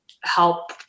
help